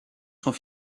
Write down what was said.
sont